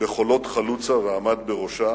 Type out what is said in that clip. בחולות חלוצה, ועמד בראשה,